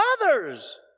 others